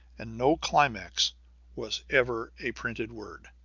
and no climax was ever a printed word,